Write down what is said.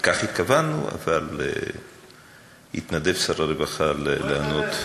לכך התכוונו, אבל שר הרווחה התנדב לענות.